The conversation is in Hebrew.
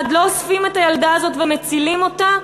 לא אוספים את הילדה הזאת ומצילים אותה,